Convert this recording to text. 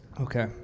Okay